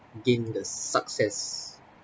gain the success